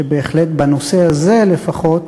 שבנושא הזה לפחות